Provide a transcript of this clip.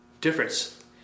difference